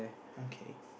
okay